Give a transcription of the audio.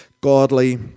godly